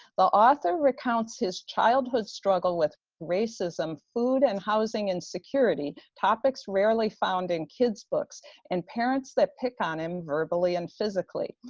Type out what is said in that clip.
the author recounts his childhood struggle with racism, food and housing insecurity, topics rarely found in kids' books and parents that pick on him verbally and physically.